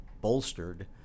bolstered